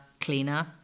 cleaner